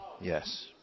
Yes